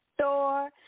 store